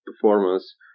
performance